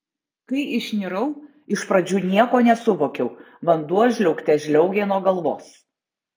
kai išnirau iš pradžių nieko nesuvokiau vanduo žliaugte žliaugė nuo galvos